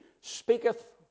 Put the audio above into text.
speaketh